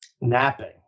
napping